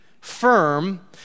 firm